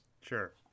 Sure